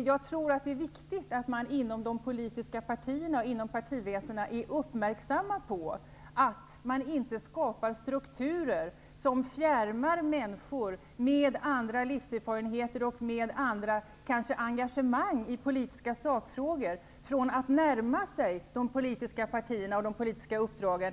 Jag tror att det är viktigt att man inom de politiska partierna är uppmärksam på att man inte skapar strukturer som fjärmar människor med andra livserfarenheter och kanske andra engagemang i politiska sakfrågor. Vi bör i stället ha strukturer som stimulerar dessa människor att närma sig de politiska uppdragen.